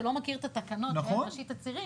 שלא מכיר את התקנות ואת ראשית הצירים,